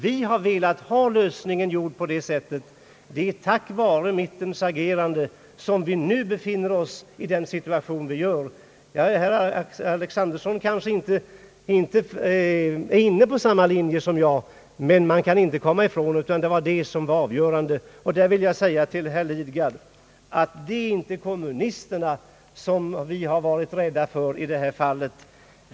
Vi har velat få en lösning på det sättet. Det är på grund av mittens agerande som vi befinner oss i nuvarande situation. Herr Alexanderson kanske inte är inne på samma linje som jag, men man kan inte komma ifrån att det var mittenpartiernas handlande som var avgörande. Jag vill säga till herr Lidgard, att det inte är kommunisterna som vi har varit rädda för i det här fallet.